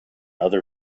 other